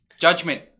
judgment